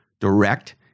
direct